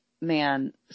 man